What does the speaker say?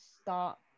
start